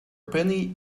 penny